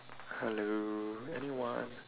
hello anyone